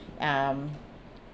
um